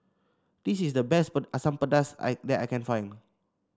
this is the best Asam Pedas that I can find